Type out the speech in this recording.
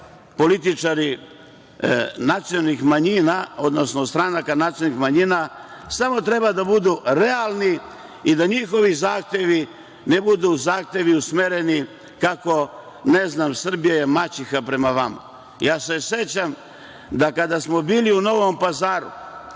političari nacionalnih manjina, odnosno stranaka nacionalnih manjima samo treba da budu realni i da njihovi zahtevi ne budu zahtevi usmereni kako je, ne znam, Srbija maćeha prema vama.Sećam se da kada smo bili u Novom Pazaru